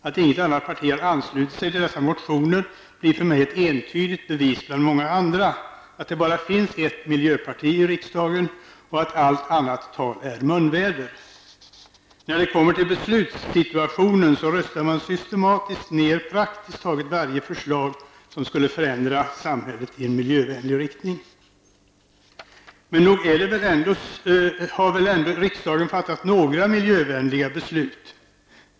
Att inget annat parti har anslutit sig till dessa motioner blir för mig ett entydigt bevis, bland många andra, på att det bara finns ett miljöparti i riksdagen och att allt annat tal är munväder. När det kommer till beslutssituationen, röstar man systematiskt ned praktiskt taget varje förslag som skulle förändra samhället i en miljövänlig riktning. Men nog har väl ändå riksdagen fattat några miljövänliga beslut?